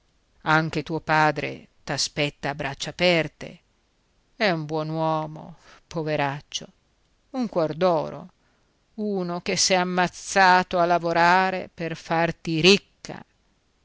anche tuo padre t'aspetta a braccia aperte è un buon uomo poveraccio un cuor d'oro uno che s'è ammazzato a lavorare per farti ricca